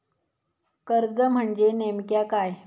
कर्ज म्हणजे नेमक्या काय?